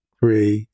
three